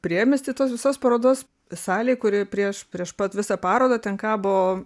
priemiesty tos visos parodos salėj kuri prieš prieš pat visą parodą ten kabo